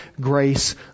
grace